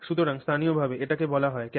সুতরাং স্থানীয়ভাবে এটিকে বলা হয় cavitation